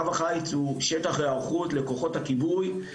קו החיץ הוא שטח היערכות לכוחות הכיבוי,